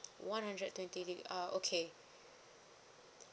one hundred twenty gig ah okay